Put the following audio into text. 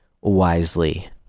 wisely